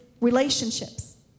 relationships